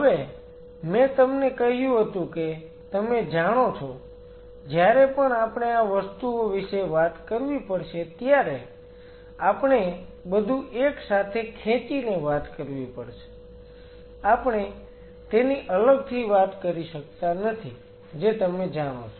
Refer time 2041 હવે મેં તમને કહ્યું હતું કે તમે જાણો છો જ્યારે પણ આપણે આ વસ્તુઓ વિશે વાત કરવી પડશે ત્યારે આપણે બધું એક સાથે ખેંચીને વાત કરવી પડશે આપણે તેની અલગથી વાત કરી શકતા નથી જે તમે જાણો છો